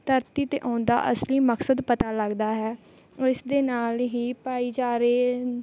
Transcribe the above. ਧਰਤੀ 'ਤੇ ਆਉਣ ਦਾ ਅਸਲੀ ਮਕਸਦ ਪਤਾ ਲੱਗਦਾ ਹੈ ਇਸ ਦੇ ਨਾਲ ਹੀ ਭਾਈਚਾਰੇ